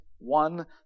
One